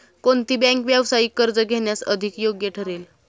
कोणती बँक व्यावसायिक कर्ज घेण्यास अधिक योग्य ठरेल?